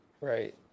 Right